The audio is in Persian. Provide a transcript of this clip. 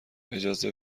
اجازه